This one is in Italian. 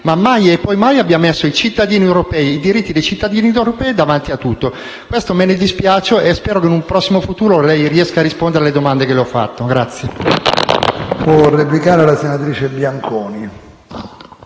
ma mai e poi mai abbia messo i diritti dei cittadini europei davanti a tutto. Di questo me ne dispiaccio e spero che in un prossimo futuro riesca a rispondere alle domande che le ho rivolto.